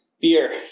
beer